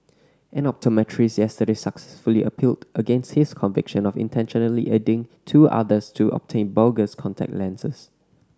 an optometrist yesterday successfully appealed against his conviction of intentionally aiding two others to obtain bogus contact lenses